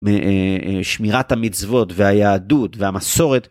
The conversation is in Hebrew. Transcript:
שמירת המצוות והיהדות והמסורת.